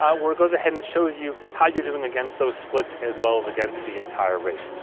ah where it goes ahead and shows you how you're doing against those splits, as well as against the entire race.